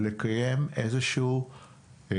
ממשרד מבקר המדינה לקיים איזושהי ביקורת,